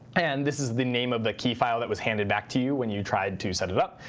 and this is the name of the key file that was handed back to you when you tried to set it up.